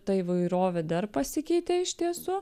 ta įvairovė dar pasikeitė iš tiesų